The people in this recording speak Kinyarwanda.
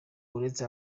uretse